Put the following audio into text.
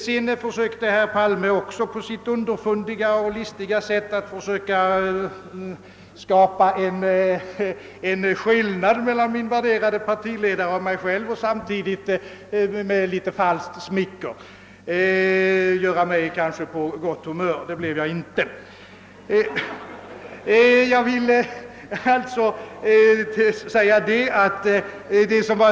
Vidare försöker herr Palme på sitt underfundiga och listiga sätt att markera en skillnad mellan min värderade partiledare och mig själv och kanske samtidigt med en smula falskt smicker försöka göra mig på gott humör. Det blev jag nu inte.